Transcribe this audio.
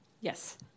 Yes